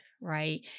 right